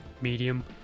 medium